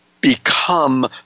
become